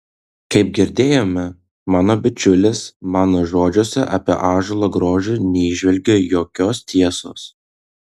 kaip girdėjome mano bičiulis mano žodžiuose apie ąžuolo grožį neįžvelgė jokios tiesos